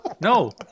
No